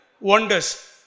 wonders